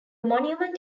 monument